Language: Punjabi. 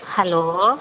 ਹੈਲੋ